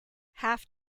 half